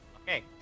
okay